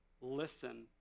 Listen